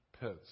pits